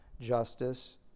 justice